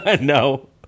No